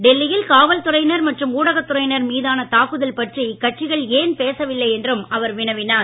டெல்லியில் காவல்துறையினர் மற்றும் ஊடகத் துறையினர் மீதான தாக்குதல் பற்றி இக்கட்சிகள் ஏன் பேசவில்லை என்றும் அவர் வினவினார்